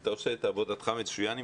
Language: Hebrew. אתה עושה את עבודתך מצוין,